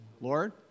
Lord